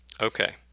Okay